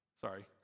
sorry